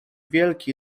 wielki